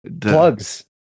plugs